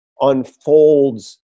unfolds